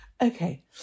Okay